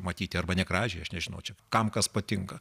matyti arba negražiąją aš nežinau čia kam kas patinka